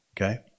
okay